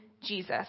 Jesus